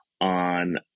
on